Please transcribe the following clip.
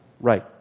Right